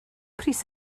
pris